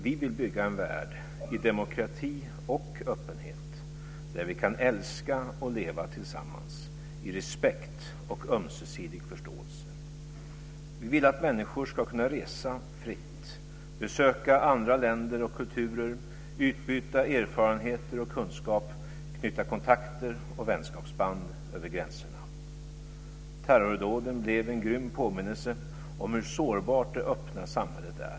Vi vill bygga en värld i demokrati och öppenhet, där vi kan älska och leva tillsammans, i respekt och ömsesidig förståelse. Vi vill att människor ska kunna resa fritt, besöka andra länder och kulturer, utbyta erfarenheter och kunskap, knyta kontakter och vänskapsband över gränserna. Terrordåden blev en grym påminnelse om hur sårbart det öppna samhället är.